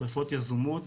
שריפות יזומות,